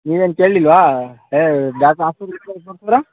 ನೀವೇನೂ ಕೇಳಲಿಲ್ವಾ ಹೇ ಡಾಕ್ಟ್ರ ಹಾಸ್ಪಿಟ್ಲ್ ತೋರ್ಸಿದ್ರಾ